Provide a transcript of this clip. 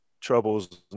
troubles